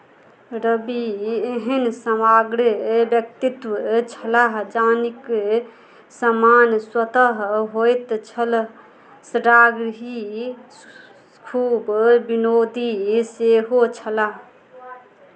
रवि एहन समग्र व्यक्तित्व छलाह जनिक सम्मान स्वतः होइत छल सङ्गहि खूब विनोदी सेहो छलाह